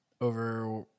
over